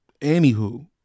Anywho